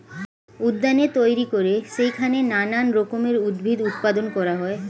উদ্যানে তৈরি করে সেইখানে নানান রকমের উদ্ভিদ উৎপাদন করা হয়